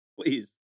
Please